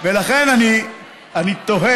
ולכן אני תוהה